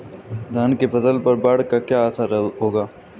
धान की फसल पर बाढ़ का क्या असर होगा?